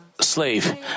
slave